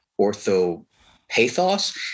orthopathos